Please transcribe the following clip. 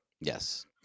yes